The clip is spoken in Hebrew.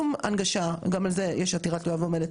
אין שום הנגשה למי שאינו דובר אנגלית